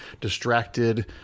distracted